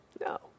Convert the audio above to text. No